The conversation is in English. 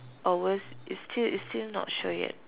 or worst is still is still not sure yet